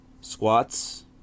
squats